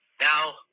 Now